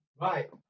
Right